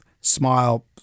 smile